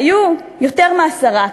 היו יותר מעשרה,